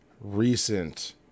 recent